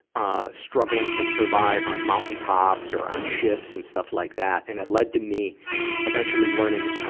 ah, struggling to survive on mountain tops or on ships and stuff like that. and it led to me eventually learning, ah,